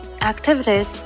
activities